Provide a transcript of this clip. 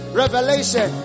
revelation